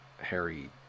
Harry